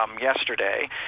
yesterday